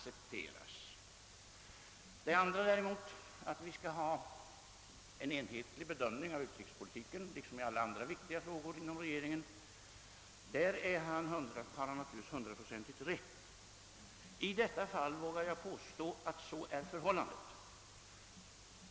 Beträffande det andra däremot — att vi inom regeringen skall ha en enhetlig bedömning av utrikespolitiken liksom av alla andra viktiga frågor — har herr Turesson naturligtvis hundraprocentigt rätt. I detta fall vågar jag påstå att så också är förhållandet.